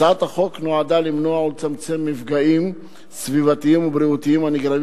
הצעת החוק נועדה למנוע ולצמצם מפגעים סביבתיים ובריאותיים הנגרמים